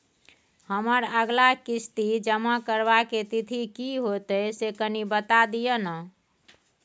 हमर अगला किस्ती जमा करबा के तिथि की होतै से कनी बता दिय न?